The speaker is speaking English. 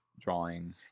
drawing